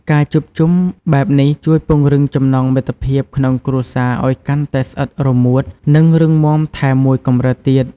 ការជួបជុំបែបនេះជួយពង្រឹងចំណងមិត្តភាពក្នុងគ្រួសារឲ្យកាន់តែស្អិតរមួតនិងរឹងមាំថែមមួយកម្រិតទៀត។